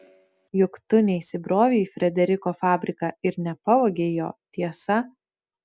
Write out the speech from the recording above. juk tu neįsibrovei į frederiko fabriką ir nepavogei jo tiesa